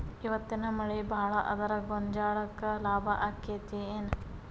ಇವತ್ತಿನ ಮಳಿ ಭಾಳ ಆದರ ಗೊಂಜಾಳಕ್ಕ ಲಾಭ ಆಕ್ಕೆತಿ ಏನ್?